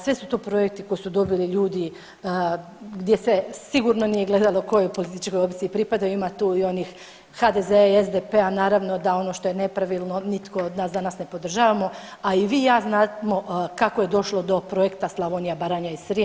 Sve su to projekti koji su dobili ljudi gdje se sigurno nije gledalo kojoj političkoj opciji pripadaju, ima tu i onih HDZ-a i SDP-a, naravno da ono što je nepravilno nitko od nas danas ne podržavamo, a i vi i ja znamo kako je došlo do Projekta Slavonija, Baranja i Srijem.